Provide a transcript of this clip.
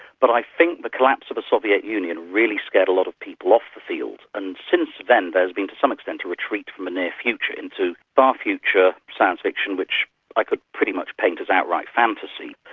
but i think the collapse of the soviet union really scared a lot of people off the field, and since then there's been some extent a retreat from the near future, into far future science fiction which i could pretty much paint as outright fantasy.